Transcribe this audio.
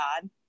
God